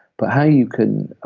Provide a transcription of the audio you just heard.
but how you can.